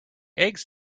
eggs